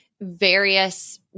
various